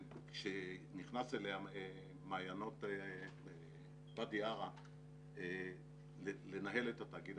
שנכנס אליה מעיינות ואדי ערה לנהל את התאגיד,